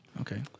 Okay